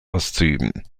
auszuüben